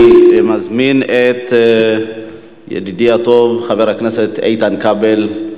אני מזמין את ידידי הטוב חבר הכנסת איתן כבל.